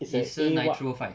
Acer nitro five